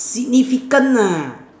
significant ah